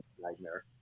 Nightmare